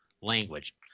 language